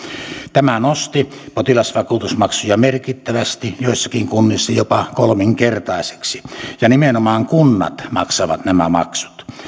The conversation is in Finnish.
tämä nosti potilasvakuutusmaksuja merkittävästi joissakin kunnissa jopa kolminkertaiseksi ja nimenomaan kunnat maksavat nämä maksut